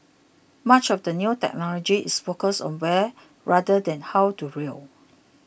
much of the new technology is focused on where rather than how to drill